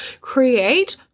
create